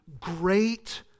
great